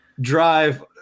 drive